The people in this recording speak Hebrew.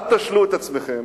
אל תשלו את עצמכם